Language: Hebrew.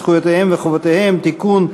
זכויותיהם וחובותיהם (תיקון,